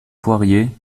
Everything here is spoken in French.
poirier